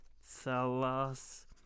Salas